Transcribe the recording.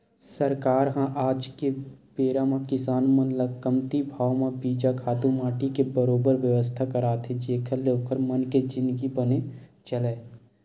सरकार ह आज के बेरा म किसान मन ल कमती भाव म बीजा, खातू माटी के बरोबर बेवस्था करात हे जेखर ले ओखर मन के जिनगी बने चलय